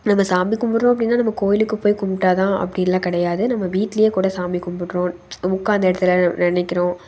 நம்ம சாமி கும்பிட்றோம் அப்படினா நம்ம கோயிலுக்கு போய் கும்பிட்டாதான் அப்படிலாம் கிடையாது நம்ம வீட்லேயே கூட சாமி கும்பிட்றோம் உட்காந்த இடத்துல நென நினைக்கிறோம்